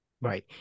Right